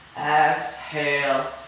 exhale